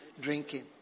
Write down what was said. drinking